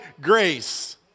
grace